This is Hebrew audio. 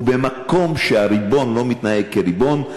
ובמקום שהריבון לא מתנהג כריבון,